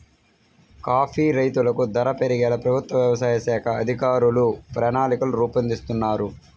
coffee రైతులకు ధర పెరిగేలా ప్రభుత్వ వ్యవసాయ శాఖ అధికారులు ప్రణాళికలు రూపొందిస్తున్నారు